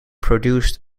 produced